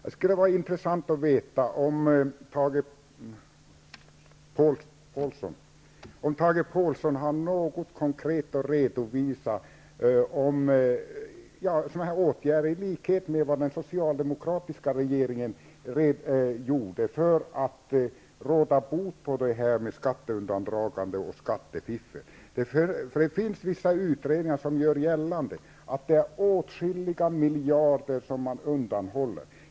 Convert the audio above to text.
Fru talman! Det skulle vara intressant att veta om Tage Påhlsson har något konkret att redovisa om sådana här åtgärder, i likhet med vad den socialdemokratiska regeringen gjorde för att råda bot på skatteundandragande och skattefiffel. Det finns vissa utredningar som gör gällande att det är åtskilliga miljarder som undanhålls.